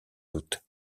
doute